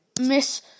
miss